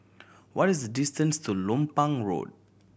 what is the distance to Lompang Road